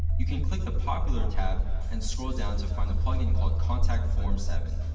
you can click the popular tab and scroll down to find the plugin called contact form seven,